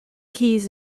keys